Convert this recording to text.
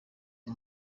uyu